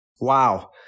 Wow